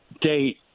date